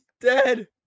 dead